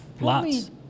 lots